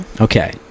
Okay